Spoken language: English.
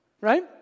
right